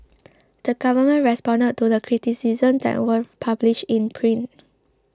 the government responded to the criticisms that were published in print